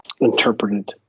interpreted